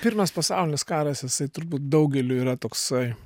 pirmas pasaulinis karas jisai turbūt daugeliui yra toksai